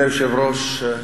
אדוני היושב-ראש,